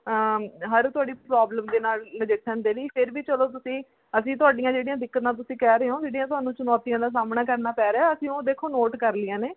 ਹਰ ਤੁਹਾਡੀ ਪ੍ਰੋਬਲਮ ਦੇ ਨਾਲ ਨਜਿੱਠਣ ਦੇ ਲਈ ਫੇਰ ਵੀ ਚਲੋ ਤੁਸੀਂ ਅਸੀਂ ਤੁਹਾਡੀਆਂ ਜਿਹੜੀਆਂ ਦਿੱਕਤਾਂ ਤੁਸੀਂ ਕਹਿ ਰਹੇ ਹੋ ਜਿਹੜੀਆਂ ਤੁਹਾਨੂੰ ਚੁਣੌਤੀਆਂ ਦਾ ਸਾਹਮਣਾ ਕਰਨਾ ਪੈ ਰਿਹਾ ਅਸੀਂ ਉਹ ਦੇਖੋ ਨੋਟ ਕਰ ਲਈਆਂ ਨੇ